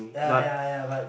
ya ya ya but